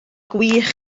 gwych